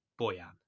Boyan